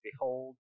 Behold